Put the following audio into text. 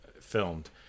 filmed